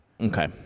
Okay